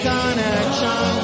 Connection